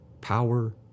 power